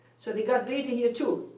so they got bethe here, too.